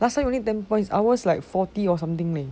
last time only ten points ours like forty or something leh